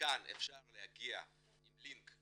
מכאן אפשר להגיע עם לינק,